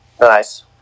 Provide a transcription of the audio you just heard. Nice